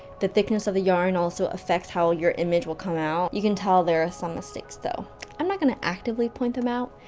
the thickness of the yarn also effects how your image will come out. you can tell there are some mistakes though i'm not gonna actively point them out,